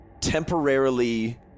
temporarily